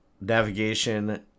navigation